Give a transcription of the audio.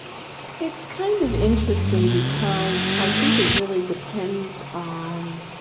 it's it's kind of interesting because i think it really depends on